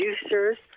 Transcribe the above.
producers